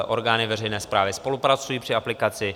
Orgány veřejné správy spolupracují při aplikaci.